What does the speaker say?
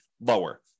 lower